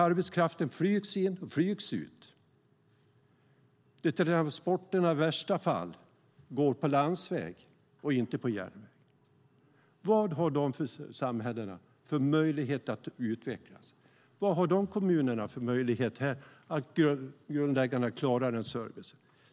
Arbetskraften flygs in och flygs ut, och transporterna går i värsta fall på landsväg och inte på järnväg. Vad har de samhällena för möjlighet att utvecklas? Vad har de kommunerna för möjlighet att klara den grundläggande servicen?